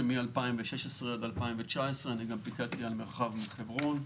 שמ-2016 ועד 2019 אני גם פיקדתי על מרחב חברון,